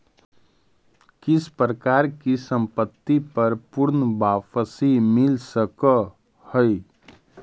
किस प्रकार की संपत्ति पर पूर्ण वापसी मिल सकअ हई